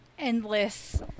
endless